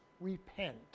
repent